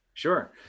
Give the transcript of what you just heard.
Sure